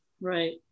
Right